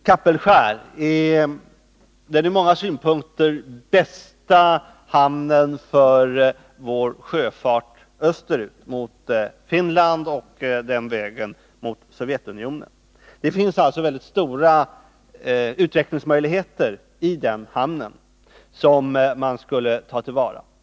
Kapellskär är den från många synpunkter bästa hamnen för vår sjöfart österut, mot Finland och Sovjetunionen. Det finns i den hamnen mycket stora utvecklingsmöjligheter som man skulle kunna ta till vara.